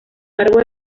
largo